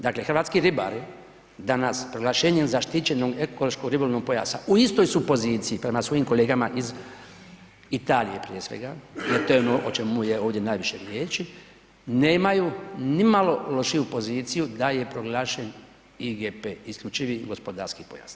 Dakle, hrvatski ribari danas proglašenjem zaštićenog ekološkog ribolovnog pojasa u istoj se u poziciji prema svojim kolegama iz Italije prije svega jer to je ono o čemu je ovdje najviše riječi, nemaju nimalo lošiju poziciju da je proglašen IGP, isključivi gospodarski pojas.